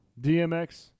DMX